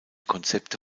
konzepte